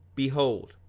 behold,